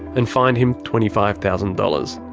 and fined him twenty five thousand dollars.